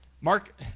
Mark